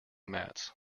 mats